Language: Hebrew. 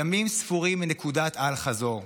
ימים ספורים מנקודת אל חזור.